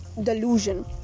delusion